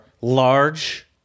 large